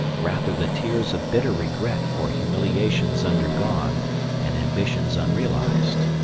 rather the tears of bitter regret for humiliations undergone and ambitions unrealized.